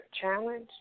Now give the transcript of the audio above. challenge